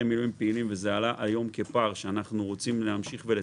מילואים פעילים אנחנו רוצים להמשיך לטפל,